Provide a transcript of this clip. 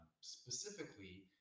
specifically